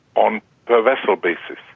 on per vessel basis,